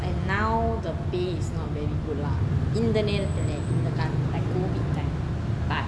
and now the pay is not very good lah இந்த நேரத்துல:intha nerathula like COVID time but